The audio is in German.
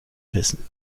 wissen